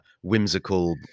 whimsical